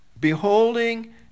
beholding